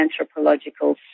anthropological